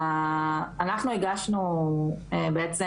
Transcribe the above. אנחנו הגשנו בעצם,